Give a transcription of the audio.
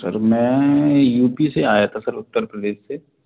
sir मैं U P से आया था सर उत्तर प्रदेश से